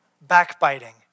backbiting